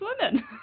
women